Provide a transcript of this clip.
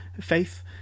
faith